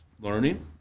learning